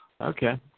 Okay